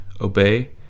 obey